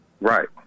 Right